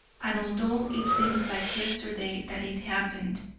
and although it seems like yesterday that it happened,